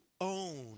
own